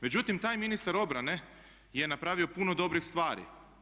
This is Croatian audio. Međutim, taj ministar obrane je napravio puno dobrih stvari.